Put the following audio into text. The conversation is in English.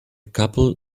couple